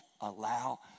allow